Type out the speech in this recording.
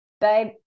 babe